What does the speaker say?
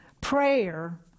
Prayer